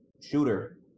shooter